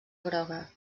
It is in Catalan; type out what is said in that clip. groga